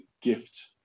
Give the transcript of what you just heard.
Gift